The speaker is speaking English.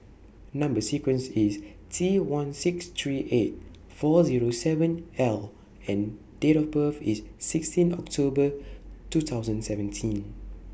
Number sequence IS T one six three eight four Zero seven L and Date of birth IS sixteen October two thousand and seventeen